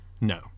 No